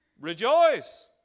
Rejoice